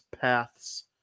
paths